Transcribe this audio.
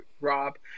Rob